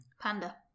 Panda